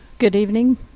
good evening.